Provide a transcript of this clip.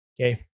Okay